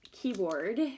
Keyboard